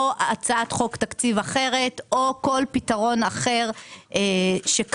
או הצעת חוק תקציב אחרת או כל פתרון אחר שקיים.